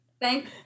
Thank